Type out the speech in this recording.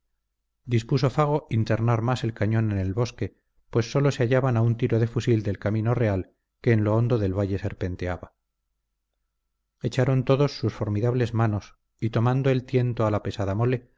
dispuso fago internar más el cañón en el bosque pues sólo se hallaban a un tiro de fusil del camino real que en lo hondo del valle serpenteaba echaron todos sus formidables manos y tomado el tiento a la pesada mole